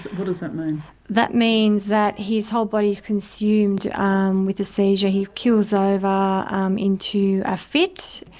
what does that mean? that means that his whole body is consumed um with the seizure, he keels over um into a fit.